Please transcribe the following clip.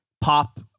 pop